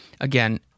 again